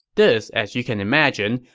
this, as you can imagine,